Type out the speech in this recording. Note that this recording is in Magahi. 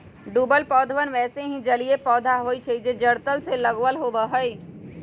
डूबल पौधवन वैसे ही जलिय पौधा हई जो जड़ तल से लगल होवा हई